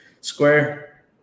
Square